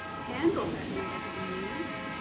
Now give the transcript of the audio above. handle that negative news.